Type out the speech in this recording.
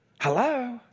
Hello